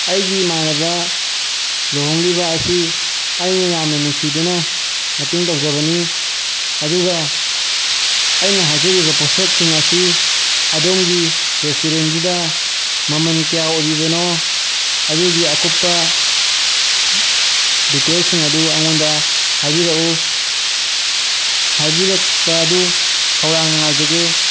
ꯑꯩꯒꯤ ꯏꯃꯥꯟꯅꯕ ꯂꯨꯍꯣꯡꯂꯤꯕ ꯑꯁꯤ ꯑꯩꯅ ꯌꯥꯝꯅ ꯅꯨꯡꯁꯤꯗꯨꯅ ꯃꯇꯦꯡ ꯇꯧꯖꯕꯅꯤ ꯑꯗꯨꯒ ꯑꯩꯅ ꯍꯥꯏꯖꯔꯤꯕ ꯄꯣꯠꯁꯛꯁꯤꯡ ꯑꯁꯤ ꯑꯗꯣꯝꯒꯤ ꯔꯦꯁꯇꯨꯔꯦꯟꯗꯨꯗ ꯃꯃꯜ ꯀꯌꯥ ꯑꯣꯏꯕꯤꯕꯅꯣ ꯑꯗꯨꯒꯤ ꯑꯀꯨꯞꯄ ꯗꯤꯇꯦꯜꯁꯤꯡ ꯑꯗꯨ ꯑꯩꯉꯣꯟꯗ ꯍꯥꯏꯕꯤꯔꯛꯎ ꯍꯥꯏꯕꯤꯔꯛꯄ ꯑꯗꯨ ꯈꯧꯔꯥꯡꯅ ꯉꯥꯏꯖꯒꯦ